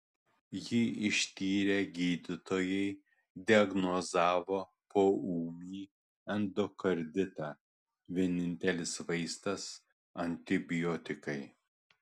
jį ištyrę gydytojai diagnozavo poūmį endokarditą vienintelis vaistas antibiotikai